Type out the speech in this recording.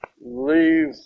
leave